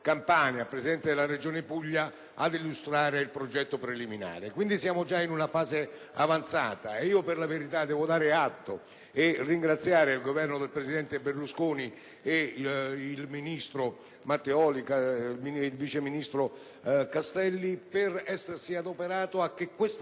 Presidenti delle Regioni Campania e Puglia, il progetto preliminare. Quindi, siamo già in una fase avanzata. Sempre per la verità, devo dare atto e ringraziare il Governo del presidente Berlusconi, il ministro Matteoli e il sottosegretario Castelli per essersi adoperati a che fosse